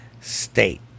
State